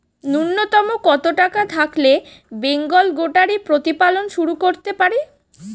নূন্যতম কত টাকা থাকলে বেঙ্গল গোটারি প্রতিপালন শুরু করতে পারি?